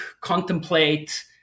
contemplate